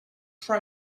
for